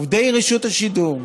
עובדי רשות השידור,